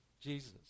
Jesus